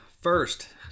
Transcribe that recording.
First